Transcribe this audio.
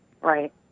Right